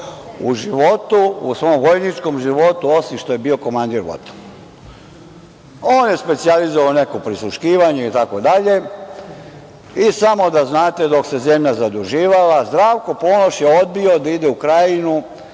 u svom vojničkom životu, osim što je bio komandir voda. On je specijalizovao neko prisluškivanje itd. i samo da znate, dok se zemlja zaduživala, Zdravko Ponoš je odbio da ide u Krajinu